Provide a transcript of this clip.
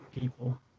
people